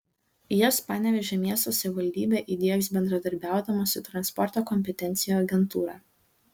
jas panevėžio miesto savivaldybė įdiegs bendradarbiaudama su transporto kompetencijų agentūra